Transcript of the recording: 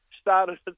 started